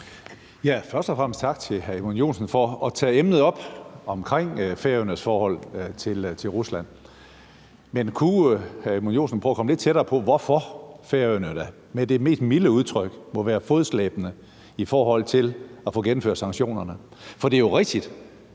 Først og fremmest tak til hr. Edmund Joensen for at tage emnet op omkring Færøernes forhold til Rusland. Men kunne hr. Edmund Joensen prøve at komme lidt tættere på, hvorfor Færøerne – med det mest milde udtryk – må være fodslæbende i forhold til at få gennemført sanktionerne? For det er jo rigtigt,